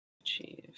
achieve